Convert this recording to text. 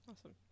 Awesome